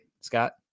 Scott